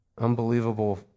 unbelievable